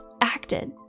acted